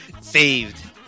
saved